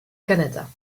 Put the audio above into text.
canada